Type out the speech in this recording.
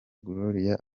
gloria